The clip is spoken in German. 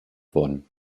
worden